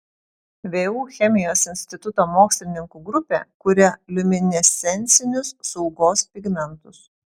vu chemijos instituto mokslininkų grupė kuria liuminescencinius saugos pigmentus